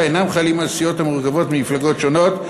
אינם חלים על סיעות המורכבות ממפלגות שונות,